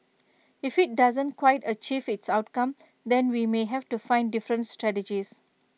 if IT doesn't quite achieve its outcome then we may have to find different strategies